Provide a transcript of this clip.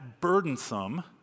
burdensome